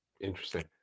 interesting